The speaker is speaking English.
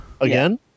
again